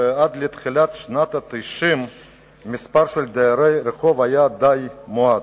ועד לתחילת שנות ה-90 מספרם של דרי הרחוב היה די מועט.